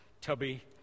tubby